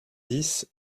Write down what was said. dix